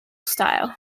style